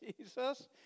Jesus